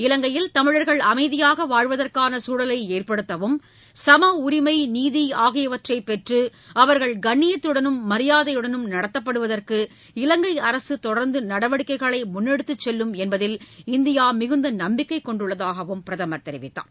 இலங்கையில் தமிழர்கள் அமைதியாக வாழ்வதற்கான சூழலை ஏற்படுத்தவும் சம உரிமை நீதி ஆகியவற்றை பெற்று அவர்கள் கண்ணியத்துடனும் மரியாதையுடனும் நடத்தப்படுவதற்கு இவங்கை அரசு தொடர்ந்து நடவடிக்கைகளை முன்னெடுத்துச் செல்லும் என்பதில் இந்தியா மிகுந்த நம்பிக்கை கொண்டுள்ளதாகவும் பிரதமர் தெரிவித்தார்